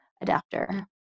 adapter